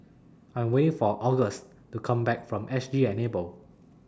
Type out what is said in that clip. I Am waiting For Auguste to Come Back from S G Enable